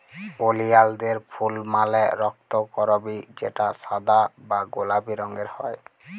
ওলিয়ালদের ফুল মালে রক্তকরবী যেটা সাদা বা গোলাপি রঙের হ্যয়